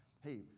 hey